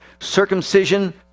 Circumcision